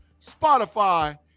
Spotify